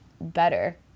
better